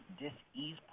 dis-ease